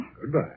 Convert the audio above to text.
Goodbye